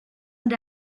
and